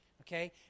Okay